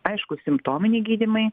aišku simptominiai gydymai